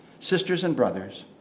sisters and brothers,